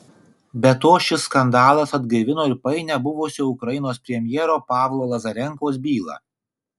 be to šis skandalas atgaivino ir painią buvusio ukrainos premjero pavlo lazarenkos bylą